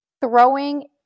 throwing